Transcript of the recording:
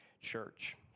Church